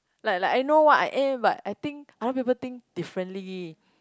like like I know what I am but I think other people think differently